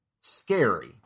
scary